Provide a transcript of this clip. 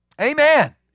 Amen